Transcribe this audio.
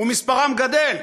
ומספרם גדל.